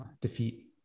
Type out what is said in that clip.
defeat